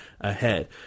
ahead